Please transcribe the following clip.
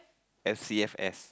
S_C_F_S